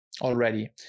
already